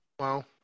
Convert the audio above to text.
Wow